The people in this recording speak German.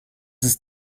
ist